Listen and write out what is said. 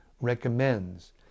Recommends